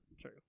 True